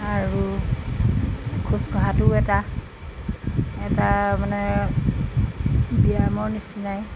আৰু খোজকঢ়াটোও এটা এটা মানে ব্যায়ামৰ নিচিনাই